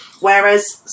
Whereas